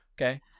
okay